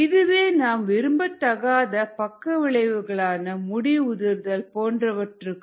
இதுவே நாம் விரும்பத்தகாத பக்க விளைவுகளான முடி உதிர்தல் போன்றவற்றிற்கு காரணமாகும்